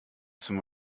zum